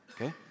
Okay